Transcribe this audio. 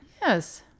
Yes